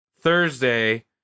Thursday